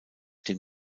dem